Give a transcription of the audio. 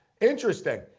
interesting